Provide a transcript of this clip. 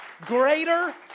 greater